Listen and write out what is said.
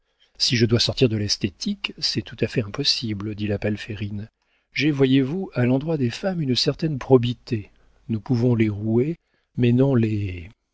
si je dois sortir de l'esthétique c'est tout à fait impossible dit la palférine j'ai voyez-vous à l'endroit des femmes une certaine probité nous pouvons les rouer mais non les